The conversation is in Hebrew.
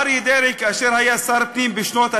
אריה דרעי, כאשר היה שר הפנים בשנות ה-90,